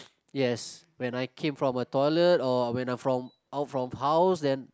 yes when I came from a toilet or when I from out from house then